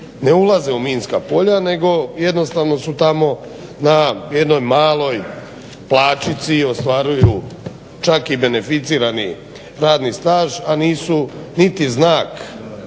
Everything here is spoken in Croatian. ne ulaze u minska polja nego jednostavno su tamo na jednoj maloj plaćici, ostvaruju čak i beneficirani radni staž, a nisu niti znak